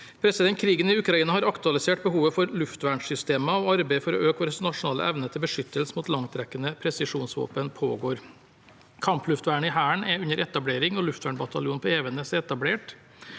langtidsplan. Krigen i Ukraina har aktualisert behovet for luftvernsystemer, og arbeidet for å øke vår nasjonale evne til beskyttelse mot langtrekkende presisjonsvåpen pågår. Kampluftvernet i Hæren er under etablering, og luftvernbataljonen på Evenes er etablert.